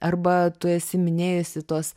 arba tu esi minėjusi tuos